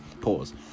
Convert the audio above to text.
Pause